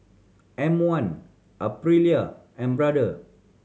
M One Aprilia and Brother